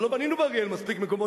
אבל אם לא בנינו באריאל מספיק מקומות